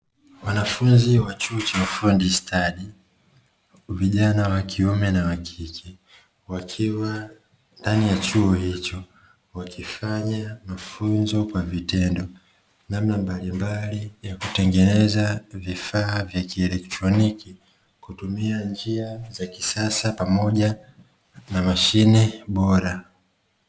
Wanafunzi wa chuo cha ufundistadi vijana wa kiume na wa kike, wakiwa ndani ya chuo hicho wakifanya mafunzo kwa vitendo namna mbalimbali ya kutengeneza vifaa vya kielektroniki kutumia njia za kisasa pamoja na mashine bora.